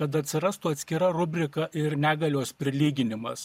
kad atsirastų atskira rubrika ir negalios prilyginimas